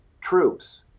troops